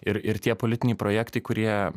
ir ir tie politiniai projektai kurie